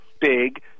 big